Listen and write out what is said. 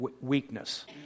weakness